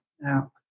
now